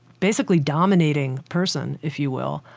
basically dominating person, if you will.